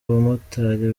abamotari